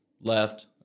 left